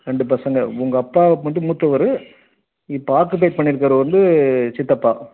ரெண்டு பசங்க உங்கள் அப்பா மட்டும் மூத்தவர் இப்போ ஆக்குபை பண்ணிருக்கவர் வந்து சித்தப்பா